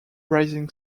rising